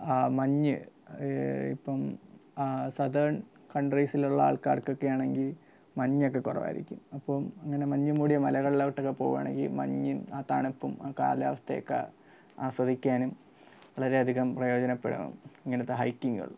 മഞ്ഞ് ഇപ്പം സതേൺ കൻട്രിസിലുള്ള ആൾകാർകൊക്കെ ആണെങ്കിൽ മഞ്ഞൊക്കെ കുറവായിരിക്കും അപ്പം അങ്ങനെ മഞ്ഞുമൂടിയ മലകളിലോട്ടൊക്കെ പോവുകയാണെങ്കിൽ മഞ്ഞും ആ തണുപ്പും ആ കാലാവസ്ഥയുമൊക്കെ ആസ്വദിക്കാനും വളരെ അധികം പ്രയോജനപ്പെടും ഇങ്ങനത്തെ ഹൈക്കിങ്ങുകൾ